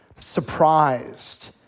surprised